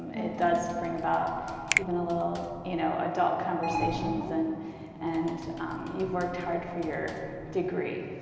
it does bring about even a little you know adult conversations and and you've worked hard for your degree.